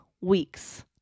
weeks